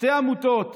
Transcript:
שתי עמותות